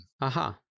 Aha